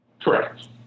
Correct